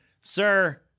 Sir